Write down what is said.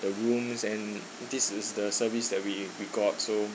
the rooms and this is the service that we we got so